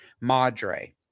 Madre